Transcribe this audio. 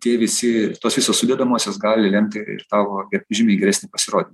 tie visi tos visos sudedamosios gali lemti tavo ir žymiai geresnį pasirodymą